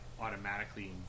automatically